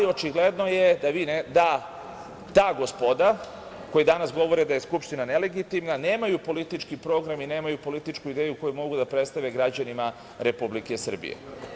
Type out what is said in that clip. Očigledno je da ta gospoda, koja danas govori da je Skupština nelegitimna, nema politički program i nema političku ideju koju mogu da predstave građanima Republike Srbije.